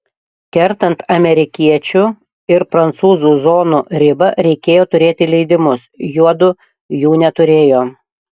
kertant amerikiečių ir prancūzų zonų ribą reikėjo turėti leidimus juodu jų neturėjo